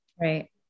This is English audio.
right